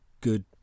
good